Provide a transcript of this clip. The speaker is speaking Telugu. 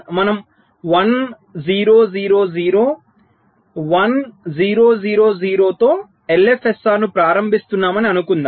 మనం 1 0 0 0 1 0 0 0 తో LFSR ను ప్రారంభిస్తున్నామని అనుకుందాం